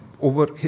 over